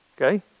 Okay